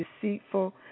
deceitful